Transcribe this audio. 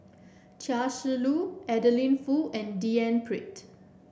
Chia Shi Lu Adeline Foo and D N Pritt